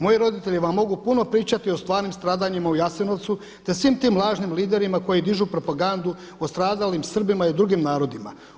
Moji roditelji vam mogu puno pričati o stvarnim stradanjima u Jasenovcu, te svim tim lažnim liderima koji dižu propagandu o stradalim Srbima i drugim narodima.